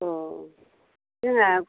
अह जोंना